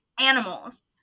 Animals